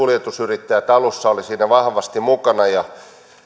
kuljetusyrittäjät olivat alussa siinä vahvasti mukana ja